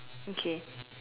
okay